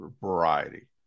variety